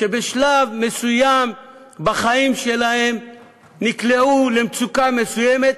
שבשלב מסוים בחיים שלהם נקלעו למצוקה מסוימת,